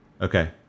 Okay